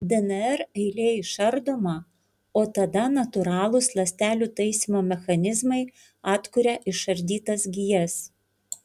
dnr eilė išardoma o tada natūralūs ląstelių taisymo mechanizmai atkuria išardytas gijas